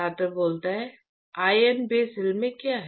छात्र In बेसेल में क्या है